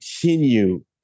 continue